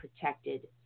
protected